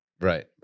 Right